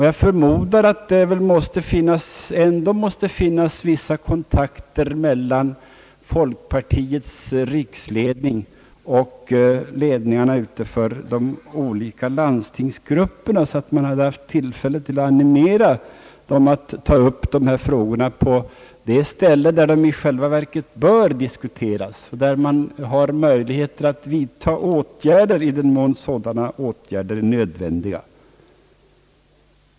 Jag förmodar väl att det ändå måste finnas vissa kontakter mellan folkpartiets riksledning och ledningarna för de olika landstingsgrupperna, så att det har funnits tillfälle att animera dem att ta upp dessa frågor på den plats där de i själva verket bör diskuteras och där det finns möjligheter att vidta åtgärder i den mån sådana är nödvändiga.